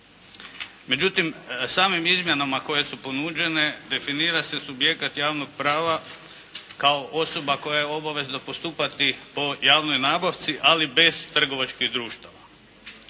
Međutim, samim izmjenama koje su ponuđene definira se subjekat javnog prava kao osoba koja je obavezna postupati po javnoj nabavci ali bez trgovačkih društava.